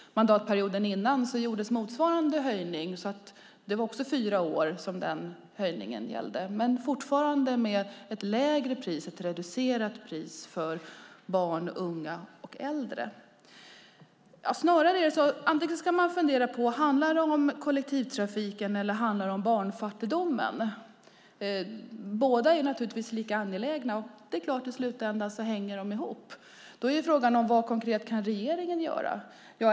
Mandatperioden innan gjordes motsvarande höjning, och den höjningen gällde också i fyra år. Priset för barn, unga och äldre är fortsatt reducerat. Handlar det om kollektivtrafik eller barnfattigdom? Båda sakerna är angelägna, och i slutändan hänger de ihop. Vad kan regeringen konkret göra?